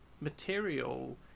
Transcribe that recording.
material